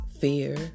fear